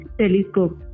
telescope